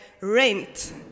rent